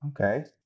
Okay